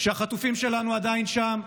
שהחטופים שלנו עדיין שם,